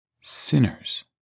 sinners